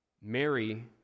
Mary